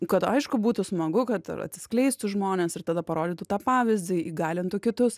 kad aišku būtų smagu kad atsiskleistų žmonės ir tada parodytų tą pavyzdį įgalintų kitus